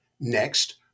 Next